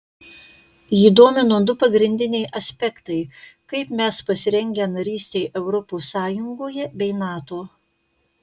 jį domino du pagrindiniai aspektai kaip mes pasirengę narystei europos sąjungoje bei nato